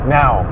now